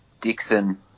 Dixon